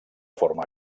forma